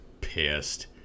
pissed